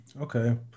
Okay